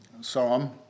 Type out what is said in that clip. psalm